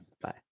Bye